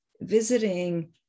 visiting